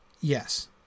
Yes